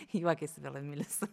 juokiasi vėl emilis